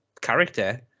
character